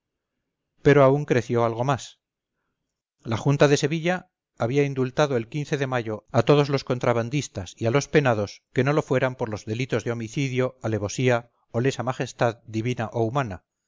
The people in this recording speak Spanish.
pero aún creció algo más la junta de sevilla había indultado el de mayo a todos los contrabandistas y a los penados que no lo fueran por los delitos de homicidio alevosía o lesa majestad divina o humana